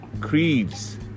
creeds